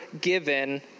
given